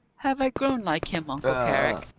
have i grown like him, uncle carrick?